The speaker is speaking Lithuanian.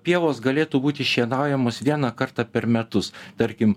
pievos galėtų būti šienaujamos vieną kartą per metus tarkim